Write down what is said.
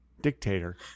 dictator